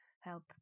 help